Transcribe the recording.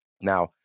Now